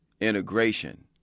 integration